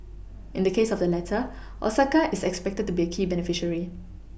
in the case of the latter Osaka is expected to be a key beneficiary